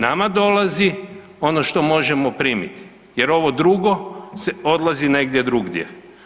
Nama dolazi ono što možemo primiti, jer ovo drugo se odlazi negdje drugdje.